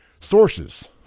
sources